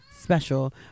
special